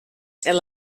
sol